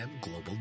global